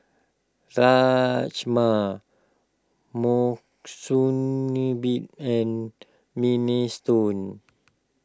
Rajma Monsunabe and Minestrone